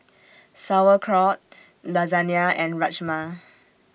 Sauerkraut Lasagna and Rajma